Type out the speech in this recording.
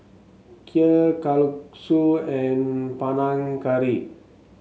Kheer Kalguksu and Panang Curry